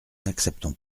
n’acceptons